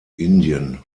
indien